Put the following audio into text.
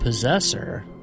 Possessor